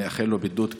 ונאחל לו בידוד קל,